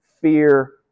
fear